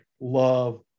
love